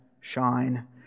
shine